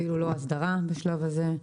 אפילו לא אסדרה בשלב הזה.